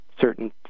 certain